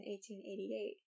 1888